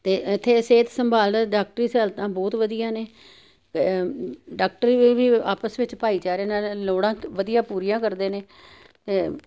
ਤੇ ਐਥੇ ਸਿਹਤ ਸੰਭਾਲ ਡਾਕਟਰੀ ਸਹੇਲਤਾਂ ਬਹੁਤ ਵਧੀਆ ਨੇ ਡਾਕਟਰ ਵੀ ਆਪਸ ਵਿੱਚ ਭਾਈਚਾਰੇ ਨਾਲ਼ ਲੋੜਾਂ ਵਧੀਆ ਪੂਰੀਆਂ ਕਰਦੇ ਨੇ